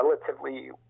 relatively